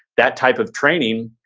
that type of training,